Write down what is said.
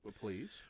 Please